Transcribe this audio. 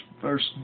first